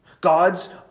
God's